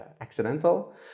accidental